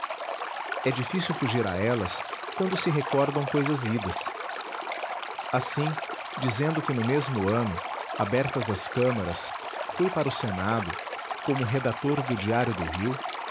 é difícil fugir a elas quando se recordam cousas idas assim dizendo que no mesmo ano abertas as câmaras fui para o senado como redator do diário do rio